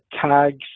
tags